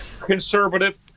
conservative